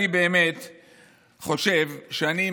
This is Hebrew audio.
אני חושב שאני,